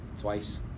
twice